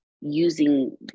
using